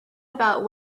about